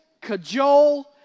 cajole